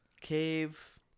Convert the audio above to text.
cave